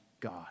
God